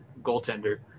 goaltender